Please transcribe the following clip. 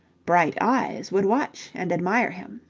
bright eyes would watch and admire him.